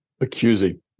Accusing